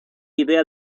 idea